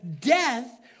death